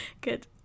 Good